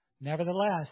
Nevertheless